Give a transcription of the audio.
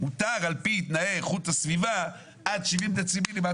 מותר על פי תנאי איכות הסביבה עד 70 דציבלים עד